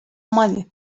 money